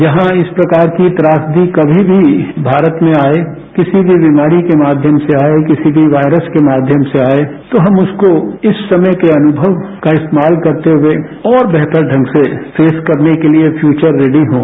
यहां इस प्रकार की त्रासदी कमी भी भारत में आए किसी भी विमारी के माध्यम से आए किसी भी वायरस के माध्यम से आए तो हम उसको इस समय के अनुभव का इस्तेमाल करते हुए और वेहतर ढंग से फेस करने के लिए फ्यूचर रेड्डी हों